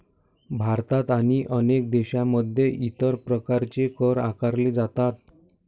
भारत आणि अनेक देशांमध्ये इतर प्रकारचे कर आकारले जातात